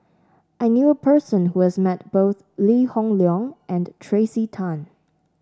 I knew a person who has met both Lee Hoon Leong and Tracey Tan